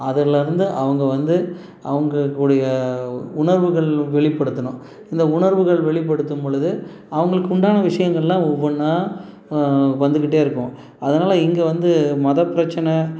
அதுலிருந்து அவங்க வந்து அவங்களுக்குடிய உணர்வுகள் வெளிப்படுத்தணும் இந்த உணர்வுகள் வெளிப்படுத்தும்பொழுது அவங்களுக்கு உண்டான விஷயங்களெலாம் ஒவ்வொன்றா வந்துகிட்டே இருக்கும் அதனால் இங்கே வந்து மத பிரச்சனை